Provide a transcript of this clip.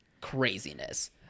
craziness